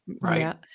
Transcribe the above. right